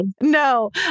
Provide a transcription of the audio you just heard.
No